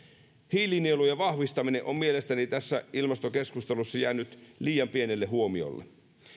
hiilinielujen vahvistaminen on mielestäni tässä ilmastokeskustelussa jäänyt liian pienelle huomiolle